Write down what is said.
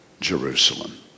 Jerusalem